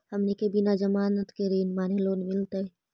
हमनी के बिना जमानत के ऋण माने लोन मिलतई?